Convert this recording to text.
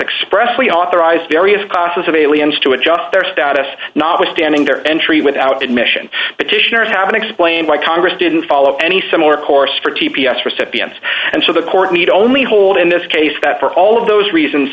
expressly authorized various classes of aliens to adjust their status notwithstanding their entry without admission petitioners haven't explained why congress didn't follow any similar course for t p s recipients and so the court need only hold in this case that for all of those reasons